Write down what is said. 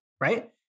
right